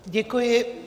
Děkuji.